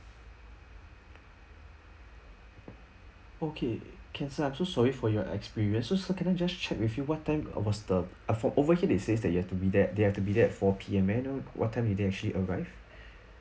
okay can sir I'm so sorry for your experience so sir can I just check with you what time was the over here they says that you have to be there they have to be there at four P_M may I know what time you did actually arrived